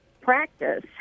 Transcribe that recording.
practice